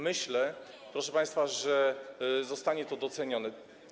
Myślę, proszę państwa, że zostanie to docenione.